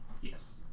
Yes